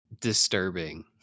disturbing